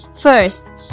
First